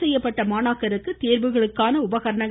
செய்யப்பட்ட மாணாக்கர் தேர்வுகளுக்கான உபகரணங்கள்